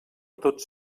tots